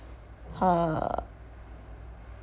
her